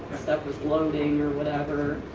stuff was loading or whatever.